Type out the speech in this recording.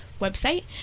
website